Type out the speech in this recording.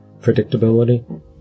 predictability